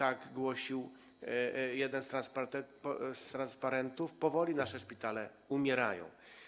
Jak głosił jeden z transparentów, powoli nasze szpitale umierają.